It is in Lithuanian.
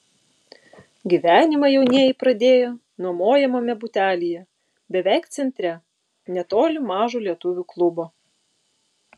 gyvenimą jaunieji pradėjo nuomojamame butelyje beveik centre netoli mažo lietuvių klubo